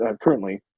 currently